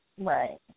Right